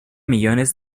millones